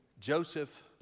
Joseph